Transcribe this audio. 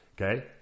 okay